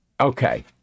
okay